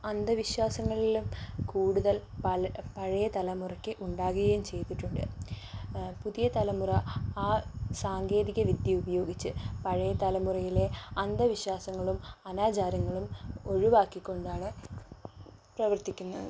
അന്തവിശ്വാസങ്ങളിലും കൂടുതൽ പഴയ തലമുറയ്ക്ക് ഉണ്ടാവുകയും ചെയ്തിട്ടുണ്ട് പുതിയ തലമുറ ആ സാങ്കേതികവിദ്യ ഉപയോഗിച്ച് പഴയ തലമുറയിലെ അന്തവിശ്വാസങ്ങളും അനാചാരങ്ങളും ഒഴിവാക്കിക്കൊണ്ടാണ് പ്രവർത്തിക്കുന്നത്